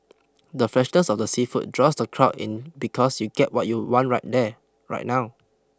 the freshness of the seafood draws the crowd in because you'll get what you want right there right now